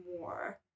more